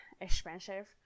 expensive